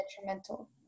detrimental